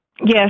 Yes